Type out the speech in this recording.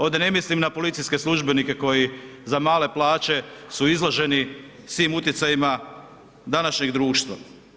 Ovdje ne mislim na policijske službenici koji za male plaće su izloženi svim utjecajima današnjeg društva.